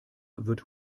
wird